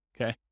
okay